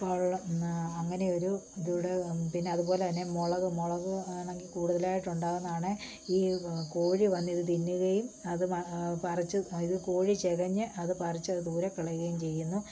അപ്പോൾ അങ്ങനെയൊരു ഇതൂടെ പിന്നെ അതുപോലെ തന്നെ മുളക് മുളക് ആണെങ്കിൽ കൂടുതലയിട്ട് ഉണ്ടാകുന്നതാണേ ഈ കോഴി വന്ന് ഇത് തിന്നുകയും അത് പറിച്ച് ഇത് കോഴി ചികഞ്ഞ് അത് പറിച്ച് അത് ദൂരെ കളയുകയും ചെയ്യുന്നു